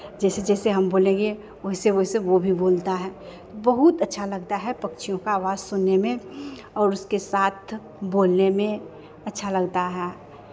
जैसे जैसे हम बोलेंगे वैसे वैसे वो भी बोलता है बहुत अच्छा लगता है पक्षियों का अवाज सुनने में और उसके साथ बोलने में अच्छा लगता है